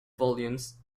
volumes